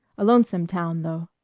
a lonesome town, though.